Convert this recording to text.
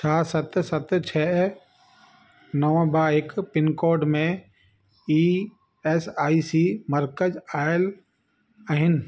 छा सत सत छह नव ॿ हिकु पिनकोड में ई एस आई सी मर्कज़ आयल आहिनि